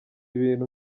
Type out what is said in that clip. ibintu